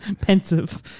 pensive